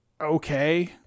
okay